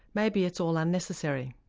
maybe it's all unnecessary.